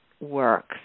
works